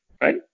right